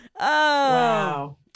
wow